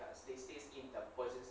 stay stay scheme the voices